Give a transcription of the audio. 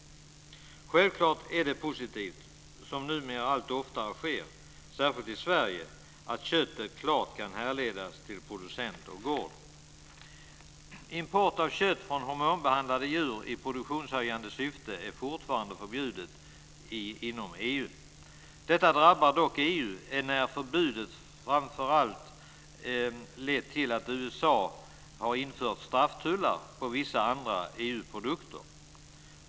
Självklart är det positivt - som numera allt oftare sker, särskilt i Sverige - att köttet klart kan härledas till producent och gård. Import av kött från hormonbehandlade djur i produktionshöjande syfte är fortfarande förbjudet inom EU. Detta drabbar dock EU, enär förbudet framför allt lett till att USA infört strafftullar på vissa andra EU-produkter.